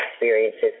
experiences